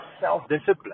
self-discipline